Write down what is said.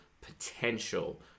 potential